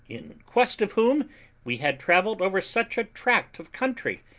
in quest of whom we had travelled over such a tract of country,